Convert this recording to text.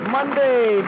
Monday